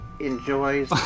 enjoys